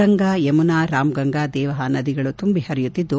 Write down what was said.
ಗಂಗಾ ಯಮುನಾ ರಾಮ್ಗಂಗಾ ದೇವಹ ನದಿಗಳು ತುಂಬಿ ಹರಿಯುತ್ತಿದ್ದು